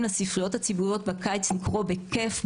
לספריות הציבוריות בקיץ לקרוא בכיף,